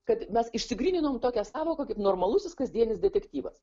kad mes išsigryninom tokią sąvoką kaip normalusis kasdienis detektyvas